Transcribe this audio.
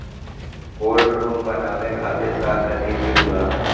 Cold room बनावे खातिर का करे के होला?